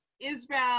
Israel